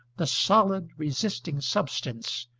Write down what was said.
the solid resisting substance,